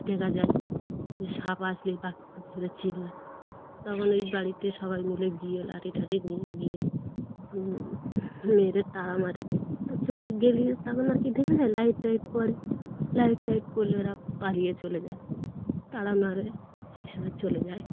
দেখা যায় যে সাপ আসলেই পাখি খুব জোরে চেল্লায় তখন ওই বাড়িতে সবাই মিলে গিয়ে লাঠি টাঠি নিয়ে গিয়ে মেয়েদের তাড়া মারে ছুটে গেলে তখন আর কি দেখা যায় লাইট টাইট পরে লাইট টাইট পড়লে ওরা পালিয়ে চলে যায় তাড়া মারে সে সময় চলে যায়